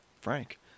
Frank